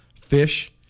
fish